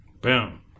Boom